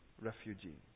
Refugee